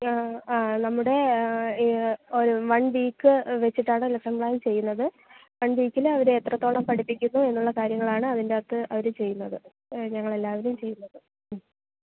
ആ നമ്മുടെ ഒരു വൺ വീക്ക് വെച്ചിട്ടാണ് ലെസ്സൺ പ്ലാൻ ചെയ്യുന്നത് വൺ വീക്കിലവരെ എത്രത്തോളം പഠിപ്പിക്കുന്നു എന്നുള്ള കാര്യങ്ങളാണ് അതിന്റെ അകത്ത് അവർ ചെയ്യുന്നത് ഞങ്ങളെല്ലാവരും ചെയ്യുന്നത് മ്